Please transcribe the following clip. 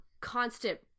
constant